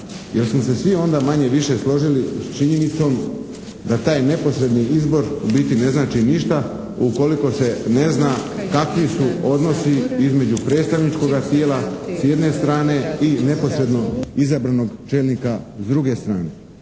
jer smo se svi onda manje-više složili s činjenicom da taj neposredni izbor u biti ne znači ništa ukoliko se ne zna kakvi su odnosi između predstavničkoga tijela s jedne strane i neposredno izabranog čelnika s druge strane.